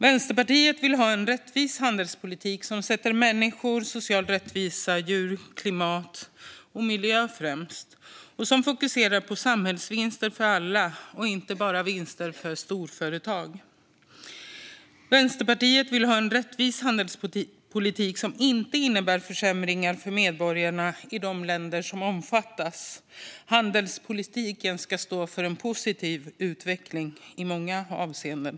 Vänsterpartiet vill ha en rättvis handelspolitik som sätter människor, social rättvisa, djur, klimatet och miljön främst och som fokuserar på samhällsvinster för alla och inte bara på vinster för storföretag. Vänsterpartiet vill ha en rättvis handelspolitik som inte innebär försämringar för medborgarna i de länder som omfattas. Handelspolitiken ska stå för en positiv utveckling i många avseenden.